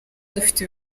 dufite